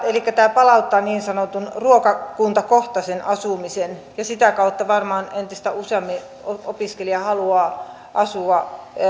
elikkä tämä palauttaa niin sanotun ruokakuntakohtaisen asumisen ja sitä kautta varmaan entistä useampi opiskelija haluaa asua